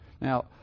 Now